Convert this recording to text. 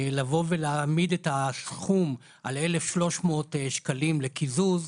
לבוא ולהעמיד את הסכום על 1,300 שקלים לקיזוז,